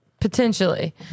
Potentially